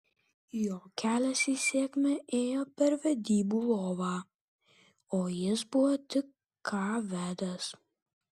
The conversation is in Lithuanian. jo kelias į sėkmę ėjo per vedybų lovą o jis buvo tik ką vedęs